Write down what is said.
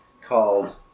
called